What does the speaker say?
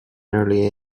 early